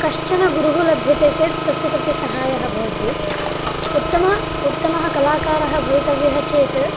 कश्चन गुरुः लभ्यते चेत् तस्य कृते सहायः भवति उत्तम उत्तमः कलाकारः भवितव्यः चेत्